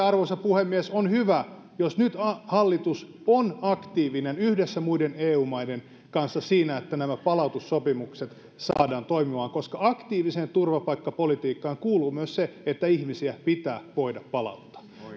arvoisa puhemies on hyvä jos nyt hallitus on aktiivinen yhdessä muiden eu maiden kanssa siinä että nämä palautussopimukset saadaan toimimaan koska aktiiviseen turvapaikkapolitiikkaan kuuluu myös se että ihmisiä pitää voida palauttaa